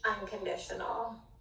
unconditional